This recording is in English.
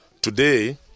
Today